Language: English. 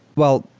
well,